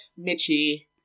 Mitchie